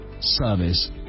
service